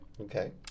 okay